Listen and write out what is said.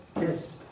Yes